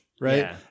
right